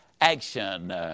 action